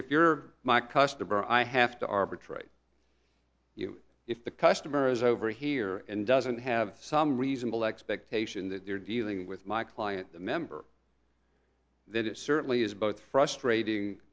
are my customer i have to arbitrate you if the customer is over here and doesn't have some reasonable expectation that they're dealing with my client the member that it certainly is but frustrating